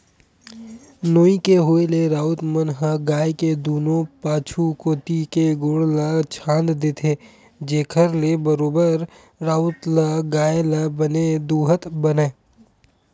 नोई के होय ले राउत मन ह गाय के दूनों पाछू कोती के गोड़ ल छांद देथे, जेखर ले बरोबर राउत ल गाय ल बने दूहत बनय